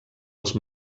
els